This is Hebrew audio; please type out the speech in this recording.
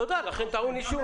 לכן זה טעון אישור.